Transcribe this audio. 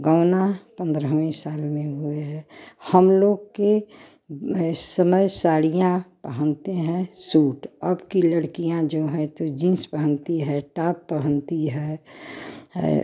गौना पन्द्रहवें साल में हुए है हम लोग के समय साड़ियाँ पहनते हैं सूट अब की लड़कियाँ जो हैं तो जींस पहनती है टाप पहनती है है